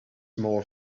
more